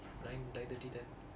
nine nine thirty ten